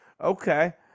Okay